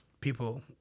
people